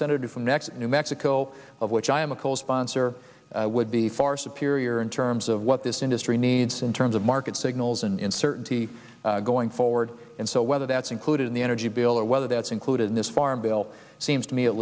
senator from texas new mexico of which i am a co sponsor would be far superior in terms of what this industry needs in terms of market signals and certainty going forward and so whether that's included in the energy bill or whether that's included in this farm bill seems to me at